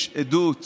יש עדות